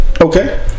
Okay